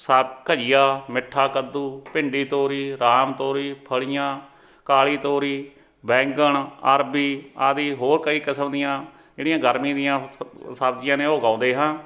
ਸਾ ਘਈਆ ਮਿੱਠਾ ਕੱਦੂ ਭਿੰਡੀ ਤੋਰੀ ਰਾਮ ਤੋਰੀ ਫਲੀਆਂ ਕਾਲੀ ਤੋਰੀ ਬੈਂਗਣ ਅਰਬੀ ਆਦਿ ਹੋਰ ਕਈ ਕਿਸਮ ਦੀਆਂ ਜਿਹੜੀਆਂ ਗਰਮੀ ਦੀਆਂ ਸਬਜ਼ੀਆਂ ਨੇ ਉਹ ਉਗਾਉਂਦੇ ਹਾਂ